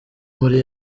muri